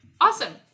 Awesome